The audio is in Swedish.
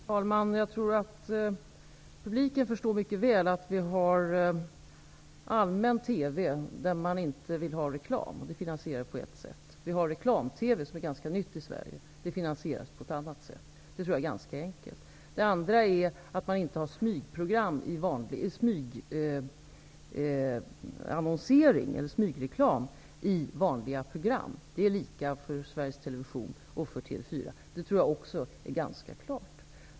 Herr talman! Jag tror att publiken mycket väl förstår att det finns en allmän TV där man inte vill ha reklam. Den finansieras på ett sätt. Sedan finns reklam-TV, som är ganska nytt i Sverige. Den finansieras på ett annat sätt. Det tror jag är ganska enkelt. En annan sak är att det inte skall finnas smygreklam, annonsering, i vanliga program. Det är lika för Sveriges Television och för TV 4. Det tror jag också är ganska klart.